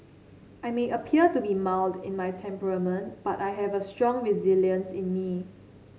I may appear to be mild in my temperament but I have a strong resilience in me